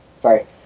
sorry